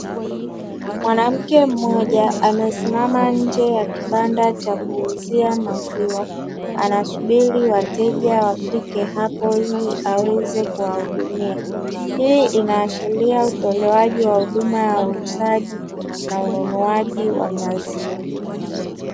Mwanamke mmoja amesimama nje ya kibanda cha kuuzia maziwa anasubiri wateja wafike hapo ili aweze kuwahudumia. Hii inaashiria utolewaji wa huduma ya uuzaji na ununuaji wa maziwa.